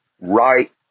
right